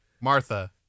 Martha